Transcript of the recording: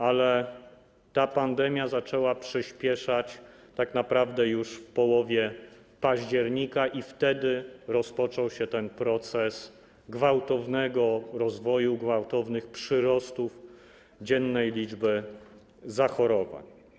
Ale pandemia zaczęła przyspieszać tak naprawdę już w połowie października i wtedy rozpoczął się proces gwałtownego rozwoju, gwałtownych przyrostów dziennej liczby zachorowań.